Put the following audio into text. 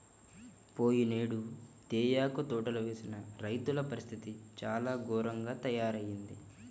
పోయినేడు తేయాకు తోటలు వేసిన రైతుల పరిస్థితి చాలా ఘోరంగా తయ్యారయింది